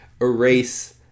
erase